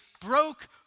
broke